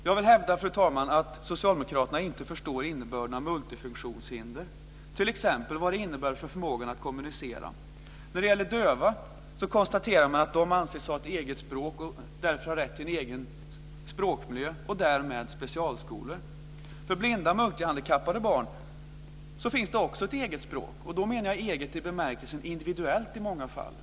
Jag vill hävda, fru talman, att socialdemokraterna inte förstår innebörden av multifunktionshinder - t.ex. vad det innebär för förmågan att kommunicera. Man konstaterar att döva anses ha ett eget språk och att de därför har rätt till en egen språkmiljö och därmed till specialskolor. För blinda multihandikappade barn finns det också ett eget språk. Då menar jag eget i bemärkelsen individuellt i många fall.